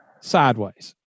Sideways